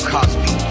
Cosby